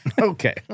Okay